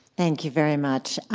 thank you very much.